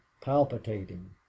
palpitating